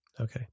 Okay